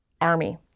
Army